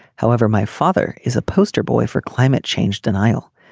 however my father is a poster boy for climate change denial.